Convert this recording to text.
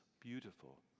beautiful